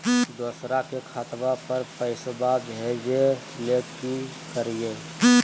दोसर के खतवा पर पैसवा भेजे ले कि करिए?